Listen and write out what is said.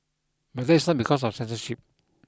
but that is not because of censorship